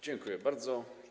Dziękuję bardzo.